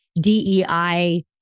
DEI